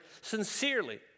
sincerely